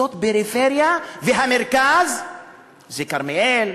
זאת פריפריה והמרכז הוא כרמיאל,